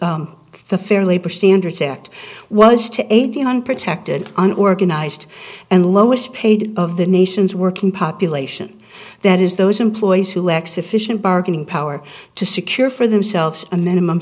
that the fair labor standards act was to aid the unprotected and organized and lowest paid of the nation's working population that is those employees who lack sufficient bargaining power to secure for themselves a minimum